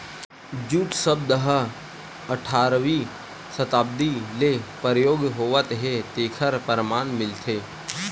jute सब्द ह अठारवी सताब्दी ले परयोग होवत हे तेखर परमान मिलथे